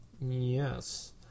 Yes